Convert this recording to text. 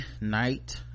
night